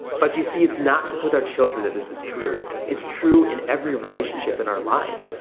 but you see it's not just with our children that this is true it's true in every relationship in our lives.